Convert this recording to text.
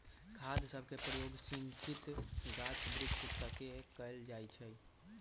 खाद सभके प्रयोग सिंचित गाछ वृक्ष तके कएल जाइ छइ